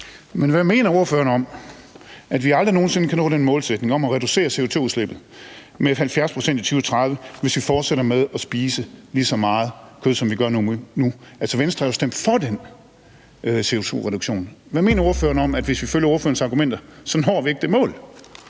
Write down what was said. Men hvad mener ordføreren om, at vi aldrig nogen sinde kan nå den målsætning om at reducere CO₂-udslippet med 70 pct. i 2030, hvis vi fortsætter med at spise lige så meget kød, som vi gør nu? Altså, Venstre har jo stemt for den CO₂-reduktion. Hvad mener ordføreren om, at vi, hvis vi følger ordførerens argumenter, så ikke når det mål?